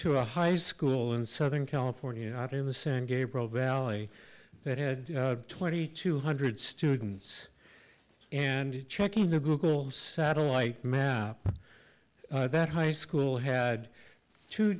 to a high school in southern california not in the same gabriel valley that had twenty two hundred students and checking the google satellite map that high school had two